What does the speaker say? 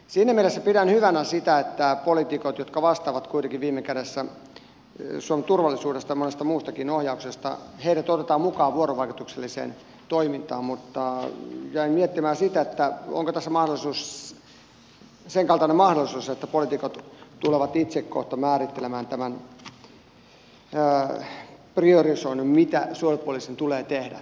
siinä mielessä pidän hyvänä sitä että poliitikot jotka vastaavat kuitenkin viime kädessä suomen turvallisuudesta ja monesta muustakin ohjauksesta otetaan mukaan vuorovaikutukselliseen toimintaan mutta jäin miettimään sitä onko tässä senkaltainen mahdollisuus että poliitikot tulevat itse kohta määrittelemään tämän priorisoinnin mitä suojelupoliisin tulee tehdä